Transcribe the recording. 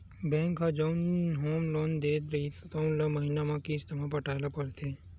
bank ह जउन home loan दे रहिथे तउन ल महिना म किस्त म पटाए ल परथे